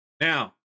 Now